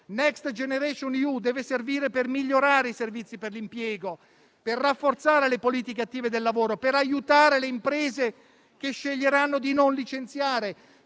Next generation EU deve servire per migliorare i servizi per l'impiego, per rafforzare le politiche attive del lavoro, per aiutare le imprese che sceglieranno di non licenziare,